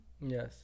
Yes